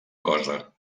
cosa